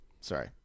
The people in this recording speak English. Sorry